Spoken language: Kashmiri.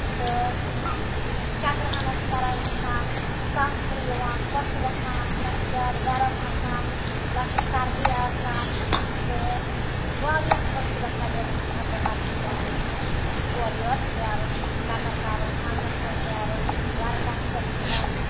تہٕ چَکرٕہٲنہ چھُ کَران اِنسان تنٛگ چھُنہٕ یِوان خۄش چھُ گژھان نہ چھُ زیادٕ گرم آسان نہ چھِ سردی آسان تہٕ واریاہ خۄش چھُ گژھان یہِ نیٚبٕرۍ کِنۍ اَتھ بہارکِس موسمَس منٛز اورٕ یورٕ نیرُن چَکَر کَرُن آنٛگنَس منٛز نیرُن وَرنڈاہَس پٮ۪ٹھ بِہُن